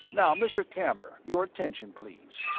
now, mr. camber, your attention, please.